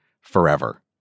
forever